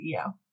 CEO